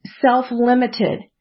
self-limited